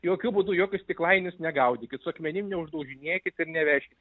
jokiu būdu į jokius stiklainius negaudykit su akmenim neuždaužinėkit ir nevežkit